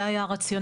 זה היה הרציונל,